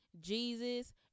Jesus